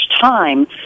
time